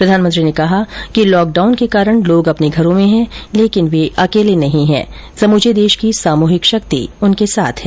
प्रधानमंत्री ने कहा कि लॉकडाउन के कारण लोग अपने घरों में हैं लेकिन वे अकेले नहीं हैं समूचे देश की सामुहिक शक्ति उनके साथ हैं